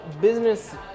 business